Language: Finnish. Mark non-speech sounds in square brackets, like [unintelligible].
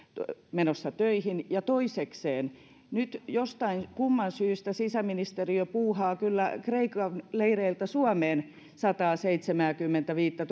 menossa töihin ja toisekseen nyt jostain kumman syystä sisäministeriö puuhaa kyllä kreikan leireiltä suomeen sataaseitsemääkymmentäviittä [unintelligible]